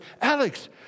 Alex